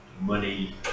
money